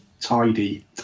tidy